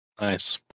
Nice